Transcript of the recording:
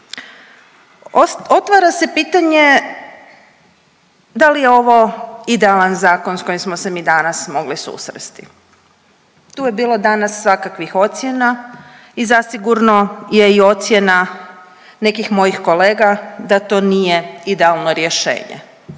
Otvara se pitanje da li je ovo idealan zakon s kojim smo se mi danas mogli susresti? Tu je bilo danas svakakvih ocjena i zasigurno je i ocjena nekih mojih kolega da to nije idealno rješenje,